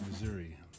Missouri